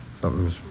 Something's